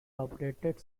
operated